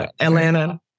Atlanta